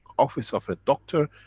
office of a doctor,